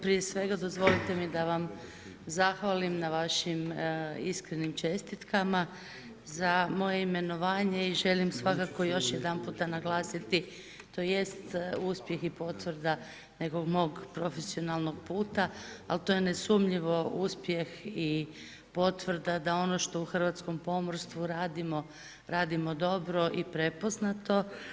Prije svega dozvolite mi da vam zahvalim na vašim iskrenim čestitkama za moje imenovanje i želim svakako još jedanputa naglasiti tj. uspjeh i potvrda nekog mog profesionalnog puta, ali to je nesumnjivo uspjeh i potvrda da ono što u hrvatskom pomorstvu radimo, radimo dobro i prepoznato.